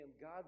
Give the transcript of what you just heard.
God